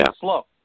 slow